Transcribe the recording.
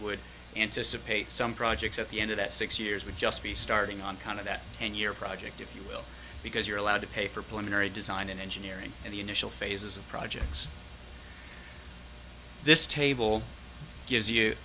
would anticipate some projects at the end of that six years would just be starting on kind of that ten year project if you will because you're allowed to pay for pulmonary design and engineering and the initial phases of projects this table gives you